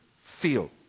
Feel